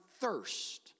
thirst